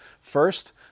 first